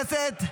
חברי הכנסת,